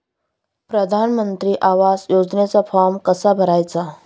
प्रधानमंत्री आवास योजनेचा फॉर्म कसा भरायचा?